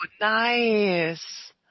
nice